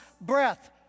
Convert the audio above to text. breath